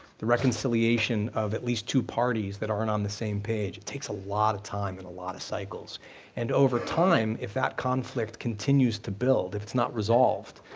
the reconciliation of at least two parties that aren't on the same page. it takes a lot of time and a lot of cycles and over time, if that conflict continues to build, if it's not resolved,